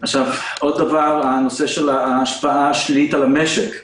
עוד דבר, הנושא של ההשפעה השלילית על המשק.